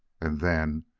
and then,